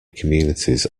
communities